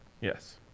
Yes